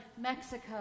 Mexico